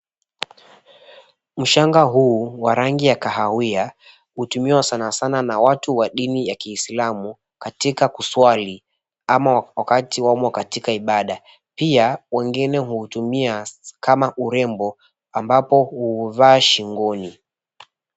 Ushanga huu wa rangi ya kahawia hutumiwa sanasana na watu wa dini ya kiislamu katika kuswali ama wakati wamo katika ibada. Pia wengine huutumia kama urembo ambapo huuvaa shingoni.